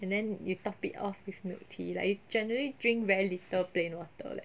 and then you top it off with milk tea like you generally drink very little plain water leh